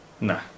nah